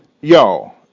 Y'all